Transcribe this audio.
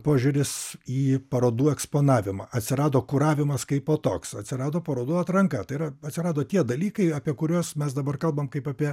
požiūris į parodų eksponavimą atsirado kuravimas kaipo toks atsirado parodų atranka tai yra atsirado tie dalykai apie kuriuos mes dabar kalbam kaip apie